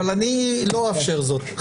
אבל אני לא אאפשר זאת.